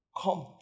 come